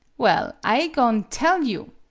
well i go'n' tell you.